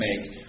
make